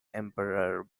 emperor